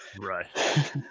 right